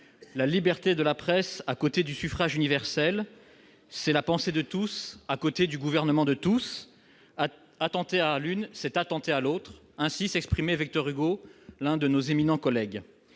La liberté de la presse à côté du suffrage universel, c'est la pensée de tous éclairant le gouvernement de tous. Attenter à l'une, c'est attenter à l'autre. » Ainsi parlait Victor Hugo, l'un de nos éminents devanciers.